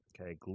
Okay